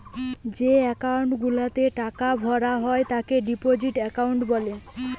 যেই একাউন্ট গুলাতে টাকা ভরা হয় তাকে ডিপোজিট একাউন্ট বলে